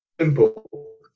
Simple